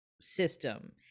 system